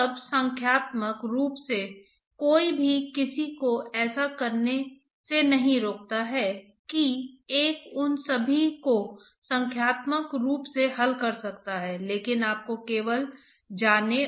और एक तरल पदार्थ है जो किसी वस्तु के पीछे से बह रहा है और हीट और मास्स ट्रांसपोर्ट है जो एक साथ हो रहा है